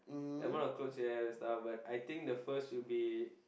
amount of clothes you have and stuff but I think the first would be